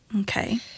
Okay